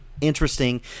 Interesting